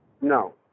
No